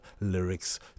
lyrics